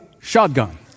shotgun